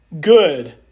good